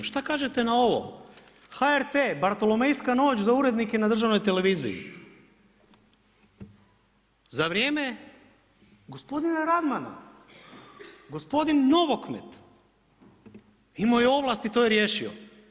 Šta kažete na ovo: „HRT Bartolomejska noć za urednike na državnoj televiziji.“ Za vrijeme gospodina Radmana gospodin Novokmet imao je ovlasti i to je riješio.